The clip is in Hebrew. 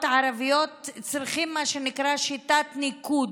הערבים צריכים מה שנקרא שיטת ניקוד,